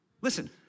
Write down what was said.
Listen